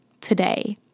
today